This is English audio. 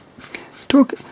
Talk